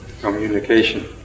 Communication